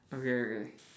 okay okay